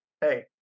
hey